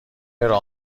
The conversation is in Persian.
راه